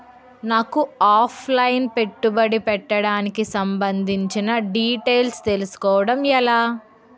నాకు offline పెట్టుబడి పెట్టడానికి సంబందించిన డీటైల్స్ తెలుసుకోవడం ఎలా?